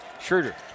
Schroeder